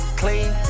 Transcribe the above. clean